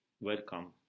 welcome